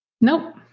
Nope